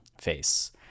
Face